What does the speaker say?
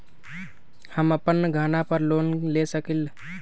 हम अपन गहना पर लोन ले सकील?